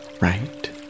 right